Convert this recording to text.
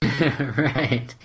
right